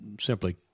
simply